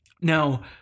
Now